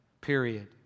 period